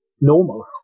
normal